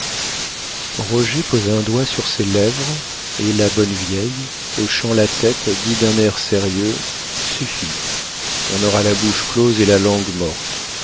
roger posa un doigt sur ses lèvres et la bonne vieille hochant la tête dit d'un air sérieux suffit on aura la bouche close et la langue morte